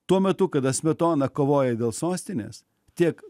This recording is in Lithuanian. tuo metu kada smetona kovoja dėl sostinės tiek